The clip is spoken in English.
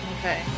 okay